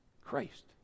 Christ